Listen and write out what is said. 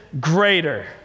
greater